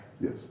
Yes